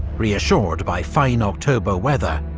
reassured by fine october weather,